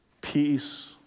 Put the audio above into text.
peace